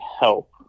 help